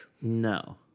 no